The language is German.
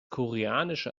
koreanische